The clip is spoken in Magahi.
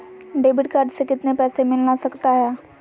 डेबिट कार्ड से कितने पैसे मिलना सकता हैं?